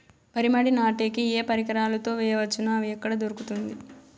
వరి మడి నాటే కి ఏ పరికరాలు తో వేయవచ్చును అవి ఎక్కడ దొరుకుతుంది?